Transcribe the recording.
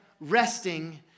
resting